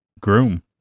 Groom